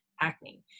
acne